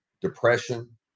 depression